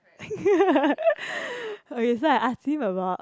okay so I ask him about